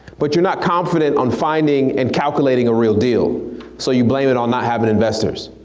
but you're not confident on finding and calculating a real deal so you blame it on not having investors.